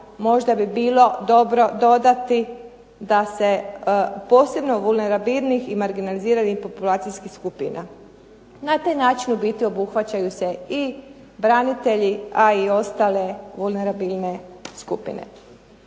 Možda bi bilo dobro dodati da se posebno vulnerabilnih i marginaliziranih populacijskih skupina. Na taj način u biti obuhvaćaju se i branitelji, a i ostale vulnerabilne skupine.